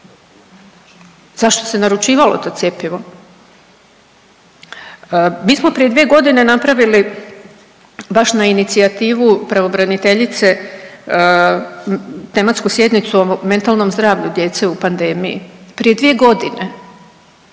Zašto se naručivalo to cjepivo? Mi smo prije dvije godine napravili baš na inicijativu pravobraniteljice tematsku sjednicu o mentalnom zdravlju djece u pandemiji, prije dvije godine